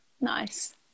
Nice